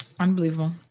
Unbelievable